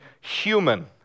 human